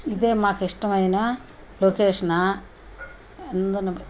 ఇదే మాకు ఇష్టమైన లొకేషను ఎందును బట్టి